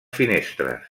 finestres